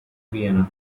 vienna